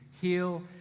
heal